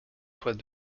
toit